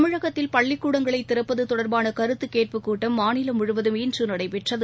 தமிழகத்தில் பள்ளிக்கூடங்களை திறப்பது தொடர்பான கருத்து கேட்புக் கூட்டம் மாநிலம் முழுவதும் இன்று நடைபெற்றது